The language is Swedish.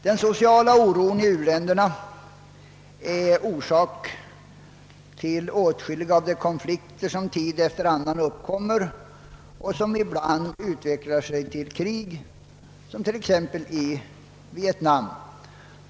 Den sociala oron i u-länderna är orsak till åtskilliga av de konflikter som tid efter annan uppkommer och som ibland utvecklar sig till krig, såsom t.ex. i Vietnam.